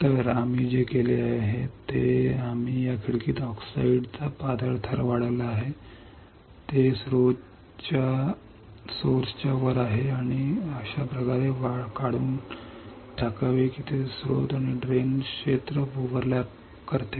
तर आम्ही जे केले ते आम्ही या खिडकीमध्ये ऑक्साईडचा पातळ थर वाढवले आहे ते स्त्रोताच्या वर आहे आणि असे निचरा आहे की ते स्त्रोत आणि ड्रेन क्षेत्र ओव्हरलॅप करते